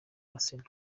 arsenal